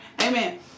amen